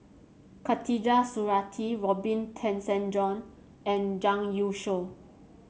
Khatijah Surattee Robin Tessensohn and Zhang Youshuo